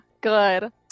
good